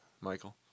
michael